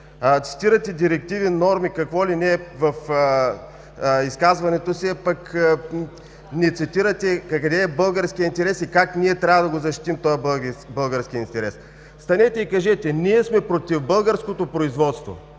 Цитирате директиви, норми, какво ли не в изказването си, а не цитирате къде е българският интерес и как ние трябва да го защитим този български интерес. Станете и кажете, ние сме против българското производство!